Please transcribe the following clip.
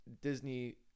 Disney